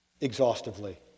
exhaustively